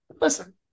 listen